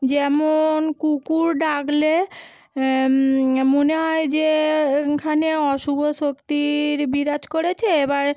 যেমন কুকুর ডাকলে হ্যাঁ মনে হয় যে ওখানে অশুভ শক্তির বিরাজ করেছে এবার